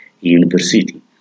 University